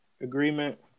Agreement